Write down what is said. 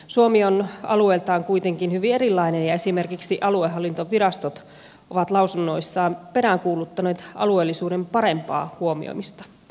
suomi on alueiltaan kuitenkin hyvin erilainen ja esimerkiksi aluehallintovirastot ovat lausunnoissaan peräänkuuluttaneet alueellisuuden parempaa huomioimista